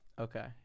Okay